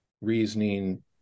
reasoning